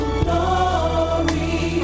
glory